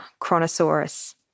Chronosaurus